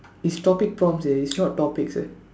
it's topic prompts eh it's not topics leh